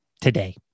today